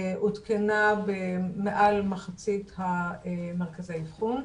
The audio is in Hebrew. עודכנה במעל מחצית מרכזי האבחון.